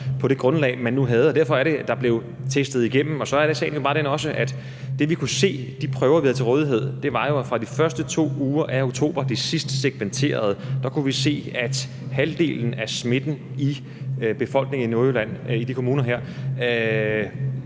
på det grundlag, man nu havde, og derfor var det, at der blev testet igennem. Sagen var også, at det, som vi kunne se af de prøver, som vi havde til rådighed, fra de første 2 uger af oktober – det sidst segmenterede – var, at halvdelen af smitten i befolkningen i Nordjylland, i de her